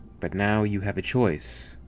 but now you have a choice.